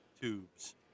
tubes